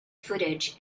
footage